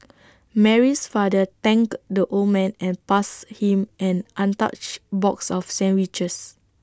Mary's father thanked the old man and passed him an untouched box of sandwiches